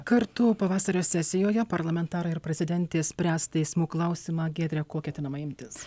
kartu pavasario sesijoje parlamentarai ir prezidentė spręs teismų klausimą giedre ko ketinama imtis